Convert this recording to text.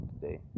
today